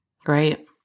Great